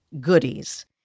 goodies